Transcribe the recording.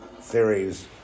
theories